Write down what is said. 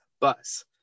bus